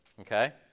okay